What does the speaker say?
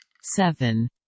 seven